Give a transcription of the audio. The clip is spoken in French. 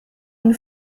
une